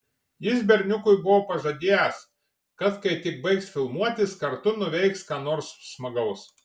jis berniukui buvo pažadėjęs kad kai tik baigs filmuotis kartu nuveiks ką nors smagaus